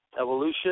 evolution